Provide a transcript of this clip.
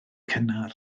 cynnar